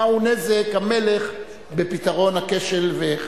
מהו נזק המלך בפתרון הכשל.